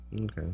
Okay